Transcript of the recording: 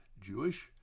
Jewish